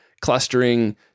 clustering